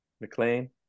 McLean